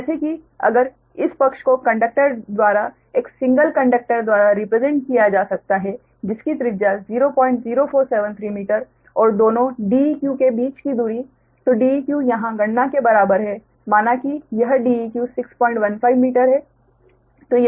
तो जैसे कि अगर इस पक्ष को कंडक्टर द्वारा एक सिंगल कंडक्टर द्वारा रिप्रेसेंट किया जा सकता है जिसकी त्रिज्या 00473 मीटर और दोनो Deq के बीच की दूरी तो Deq यहां गणना के बराबर है माना कि यह Deq 615 मीटर है